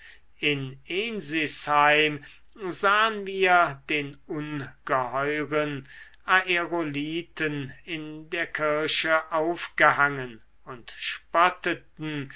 in ensisheim sahen wir den ungeheuren aerolithen in der kirche aufgehangen und